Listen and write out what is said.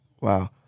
Wow